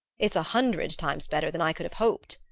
it's a hundred times better than i could have hoped,